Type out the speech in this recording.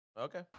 Okay